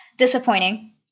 Disappointing